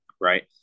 Right